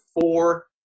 four